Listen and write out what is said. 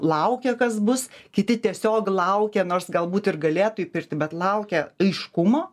laukia kas bus kiti tiesiog laukia nors galbūt ir galėtų įpirkti bet laukia aiškumo